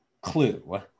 clue